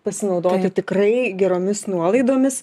pasinaudoti tikrai geromis nuolaidomis